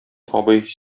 абый